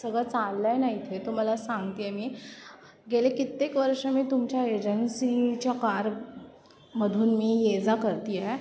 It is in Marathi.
सगळं चाललं आहे ना इथे तुम्हाला सांगते आहे मी गेले कित्येक वर्ष मी तुमच्या एजन्सीच्या कारमधून मी येजा करते आहे